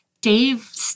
Dave